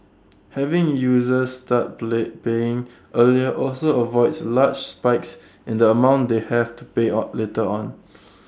having users start play paying earlier also avoids large spikes in the amount they have to pay on later on